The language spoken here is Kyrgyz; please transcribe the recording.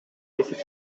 кесип